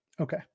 Okay